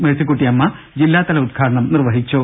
മേഴ്സിക്കുട്ടിയമ്മ ജില്ലാതല ഉദ്ഘാടനം നിർവഹിച്ചു